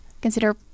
consider